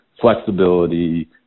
flexibility